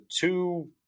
two